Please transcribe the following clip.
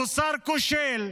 הוא שר כושל.